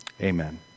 Amen